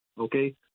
okay